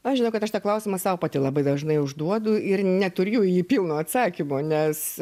aš žinau kad aš tą klausimą sau pati labai dažnai užduodu ir neturiu jau į jį pilno atsakymo nes